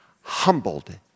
Humbled